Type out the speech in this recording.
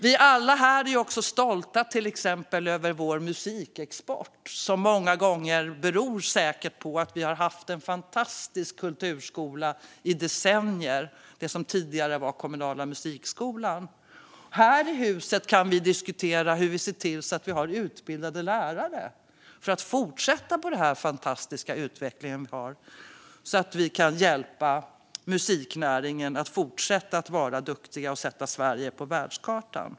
Vi alla här är också stolta över till exempel Sveriges musikexportframgångar som säkert beror på att vi har haft en fantastisk kulturskola i decennier - det som tidigare var kommunala musikskolan. Här i huset kan vi diskutera hur man ska se till att ha utbildade lärare för att fortsätta den här fantastiska utvecklingen och hjälpa musiknäringen att fortsätta vara duktig på att sätta Sverige på världskartan.